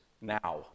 now